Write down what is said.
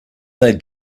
they